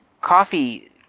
coffee